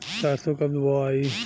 सरसो कब बोआई?